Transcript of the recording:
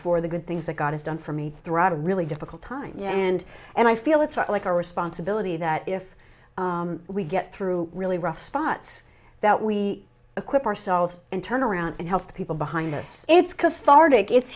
for the good things that god has done for me throughout a really difficult time and and i feel it's not like a responsibility that if we get through really rough spots that we equip ourselves and turn around and help people behind us it's